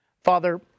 Father